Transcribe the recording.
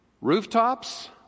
Rooftops